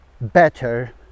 better